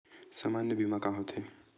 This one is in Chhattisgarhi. सामान्य बीमा का होथे?